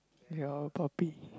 your puppy